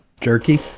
Jerky